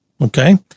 Okay